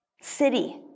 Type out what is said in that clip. city